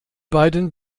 beiden